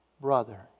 brother